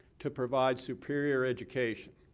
to provide superior education